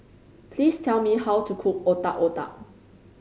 please tell me how to cook Otak Otak